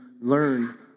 learn